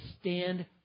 stand